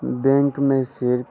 bank में सिर्फ